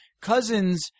Cousins